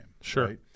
Sure